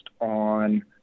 on